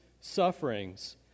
sufferings